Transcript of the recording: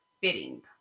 fitting